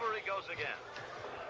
he goes again.